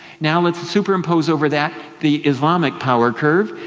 now let's superimpose over that, the islamic power curve,